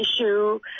issue